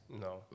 No